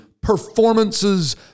performances